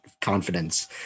confidence